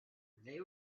they